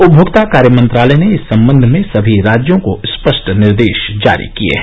उपनोक्ता कार्य मंत्रालय ने इस संबंध में सभी राज्यों को स्पष्ट निर्देश जारी किए हैं